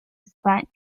españa